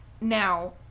Now